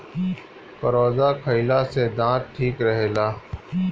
करौदा खईला से दांत ठीक रहेला